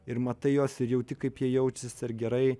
ir matai juos jauti kaip jie jaučiasi ar gerai